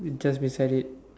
it's just beside it